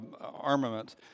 armaments